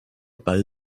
ball